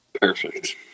Perfect